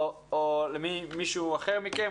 או למישהו אחר מכם.